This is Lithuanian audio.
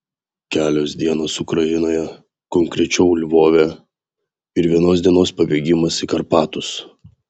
kelios dienos ukrainoje konkrečiau lvove ir vienos dienos pabėgimas į karpatus